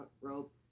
rope